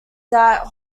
that